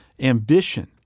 ambition